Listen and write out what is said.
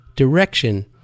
direction